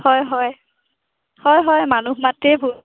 হয় হয় হয় হয় মানুহ মাত্ৰেই ভুল